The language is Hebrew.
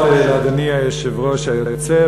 לאדוני היושב-ראש היוצא,